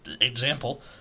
example